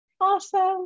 Awesome